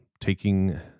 taking